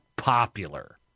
popular